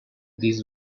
this